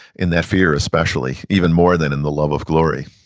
in that fear especially, even more than in the love of glory.